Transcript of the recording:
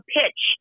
pitch